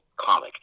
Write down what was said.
comic